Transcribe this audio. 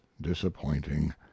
disappointing